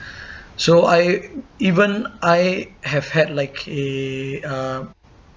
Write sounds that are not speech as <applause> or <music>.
<breath> so I even I have had like a uh